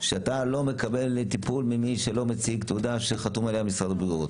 שאתה לא מקבל טיפול ממי שלא מציג תעודה שחתום עליה משרד הבריאות.